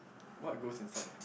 what goes inside